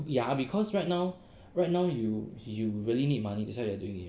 ya because right now right now you really need money that's why you are doing it